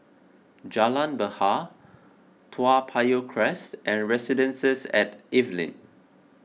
Jalan Bahar Toa Payoh Crest and Residences at Evelyn